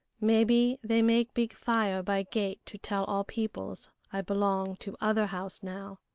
maybe they make big fire by gate to tell all peoples i belong to other house now.